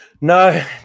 No